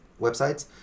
websites